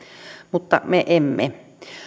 mutta me emme